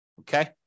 Okay